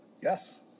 Yes